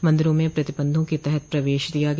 मंदिरों में प्रतिबंधों के तहत प्रवेश दिया गया